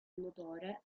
motore